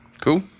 Cool